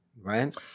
right